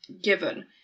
given